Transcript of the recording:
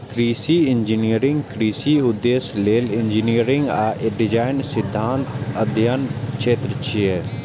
कृषि इंजीनियरिंग कृषि उद्देश्य लेल इंजीनियरिंग आ डिजाइन सिद्धांतक अध्ययनक क्षेत्र छियै